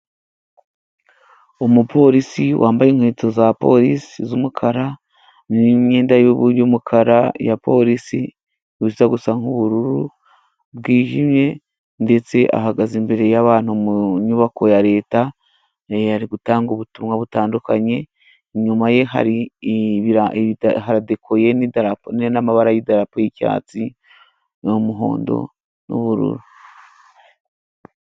Umupolisi wambaye inkweto za polisi z'umukara n'imyenda y'umukara ya polisi ijya gusa n'ubururu bwijimye, ndetse ahagaze imbere y'abantu mu nyubako ya Leta, ari gutanga ubutumwa butandukanye. Inyuma ye haradekoye n'amabara y'idarapo. Icyatsi, umuhondo n'ubururu.